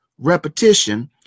Repetition